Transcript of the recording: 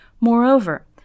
Moreover